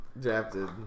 Drafted